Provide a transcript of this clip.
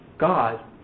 God